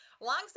Alongside